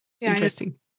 interesting